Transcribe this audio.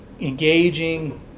engaging